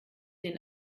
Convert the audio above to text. den